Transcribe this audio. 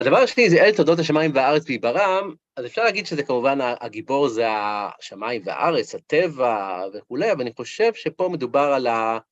הדבר השני זה אל תודות השמיים והארץ בעיברם, אז אפשר להגיד שזה כמובן הגיבור זה השמיים והארץ, הטבע וכולי, אבל אני חושב שפה מדובר על ה...